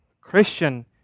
Christian